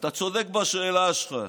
שאתה צודק בשאלה שלך.